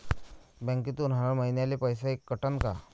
बँकेतून हर महिन्याले पैसा कटन का?